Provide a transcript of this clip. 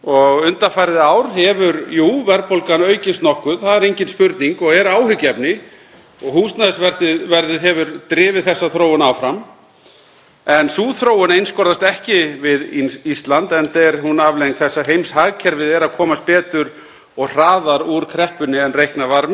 Sú þróun einskorðast ekki við Ísland, enda er hún afleiðing þess að heimshagkerfið er að komast betur og hraðar út úr kreppunni en reiknað var með. Þegar litið er til sam-evrópsks mælikvarða á verðbólgu er verðbólgan, ef eitthvað er, nokkuð lægri á Íslandi en annars staðar í Evrópu.